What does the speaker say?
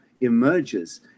emerges